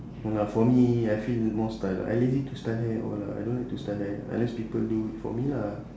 no lah for me I feel more style lah I lazy to style hair all lah I don't like to style hair unless people do it for me lah